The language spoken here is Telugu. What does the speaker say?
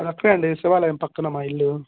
అక్కడే అండి శివాలయం పక్కన మా ఇల్లు